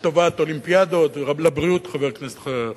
לטובת אולימפיאדות, לבריאות, חבר הכנסת חסון,